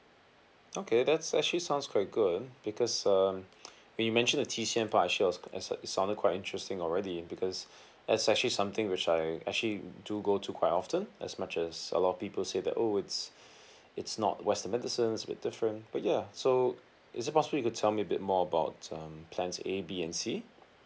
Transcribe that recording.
okay that's actually sounds quite good because um when you mentioned the T_C_M part actually I was e~ it sounded quite interesting already because that's actually something which I actually do go to quite often as much as a lot of people say that oh it's it's not western medicines with different but yeah so is it possible you could tell me a bit more um plans A B and C